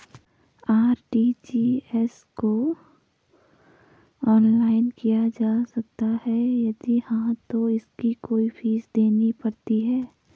RTGS को online किया जा सकता है यदि हाँ तो इसकी कोई फीस देनी पड़ती है?